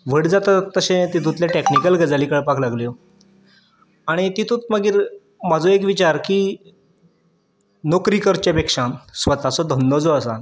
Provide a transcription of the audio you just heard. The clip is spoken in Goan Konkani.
व्हड जाता तशें तशें तितूंतल्यो टॅक्नीकल गजाली कळपाक लागल्यो आनी तितूंत मागीर म्हजो एक विचार की नोकरी करची पेक्षा स्वताचो धंदो जो आसा